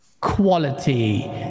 quality